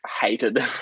hated